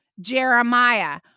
Jeremiah